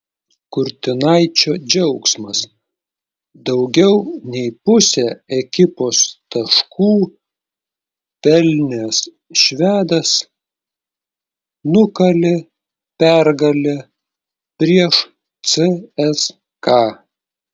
kurtinaičio džiaugsmas daugiau nei pusę ekipos taškų pelnęs švedas nukalė pergalę prieš cska